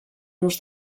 los